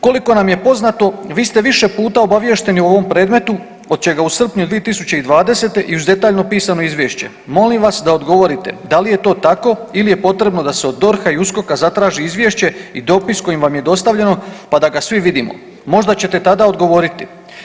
Koliko nam je poznato vi ste više puta obaviješteni o ovom predmetu od čega u srpnju 2020. i uz detaljno pisano izvješće, molim vas da odgovorite, da li je to tako ili je potrebno da se od DORH-a i USKOK-a zatraži izvješće i dopis kojim vam je dostavljeno pa da ga svi vidimo, možda ćete tada odgovoriti.